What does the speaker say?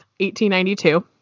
1892